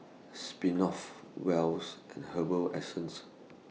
Smirnoff Well's and Herbal Essences